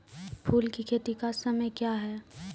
फुल की खेती का समय क्या हैं?